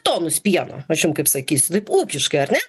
tonus pieno aš jum kaip sakysiu taip ūkiškai ar ne